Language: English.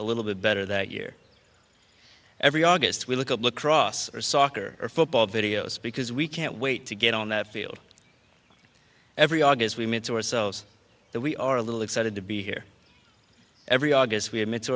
a little bit better that year every august we look at lacrosse or soccer or football videos because we can't wait to get on that field every august we mean to ourselves that we are a little excited to be here every august we admit